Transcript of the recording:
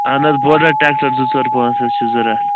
اَہن حظ border tractor زٕ ژور پانٛژھ حظ چھِ ضروٗرت